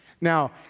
Now